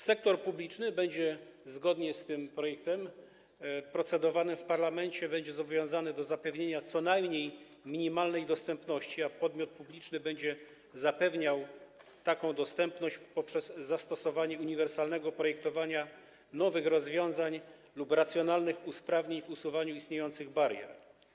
Sektor publiczny będzie, zgodnie z projektem podlegającym procedowaniu w parlamencie, zobowiązany do zapewnienia co najmniej minimalnej dostępności w tym zakresie, a podmiot publiczny będzie zapewniał taką dostępność poprzez zastosowanie uniwersalnego projektowania nowych rozwiązań lub racjonalnych usprawnień w usuwaniu istniejących barier.